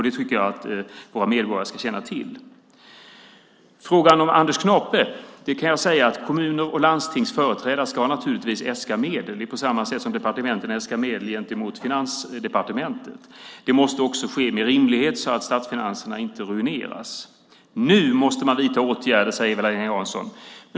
Det tycker jag att våra medborgare ska känna till. När det gäller frågan om Anders Knape kan jag säga att kommun och landstingsföreträdare naturligtvis ska äska medel, på samma sätt som departementen äskar medel gentemot Finansdepartementet. Det måste också ske med rimlighet så att statsfinanserna inte ruineras. Nu måste man vidta åtgärder, säger Eva-Lena Jansson.